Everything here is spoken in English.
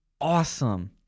awesome